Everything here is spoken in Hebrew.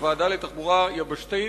בוועדה לתחבורה יבשתית,